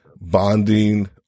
bonding